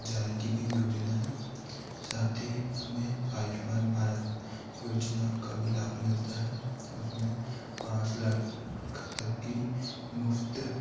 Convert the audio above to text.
जारी की गई योजना है साथ ही हमें आयुष्मान भारत योजनाओं का भी लाभ मिलता है उसमें पाँच लाख खाता की मुफ़्त